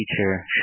teacher